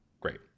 Great